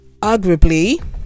arguably